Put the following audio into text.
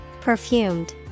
Perfumed